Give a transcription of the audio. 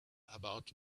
about